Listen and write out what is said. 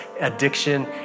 addiction